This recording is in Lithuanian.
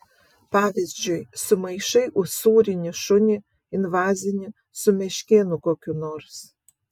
pavyzdžiui sumaišai usūrinį šunį invazinį su meškėnu kokiu nors